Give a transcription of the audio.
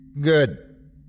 Good